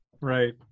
right